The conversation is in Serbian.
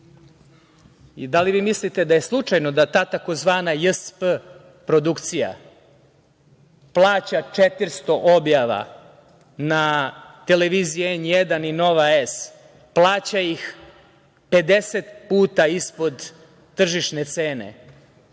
Da li vi mislite da je slučajno da ta tzv. JSP produkcija plaća 400 objava na televiziji N1 i Nova S? Plaća ih 50 puta ispod tržišne cene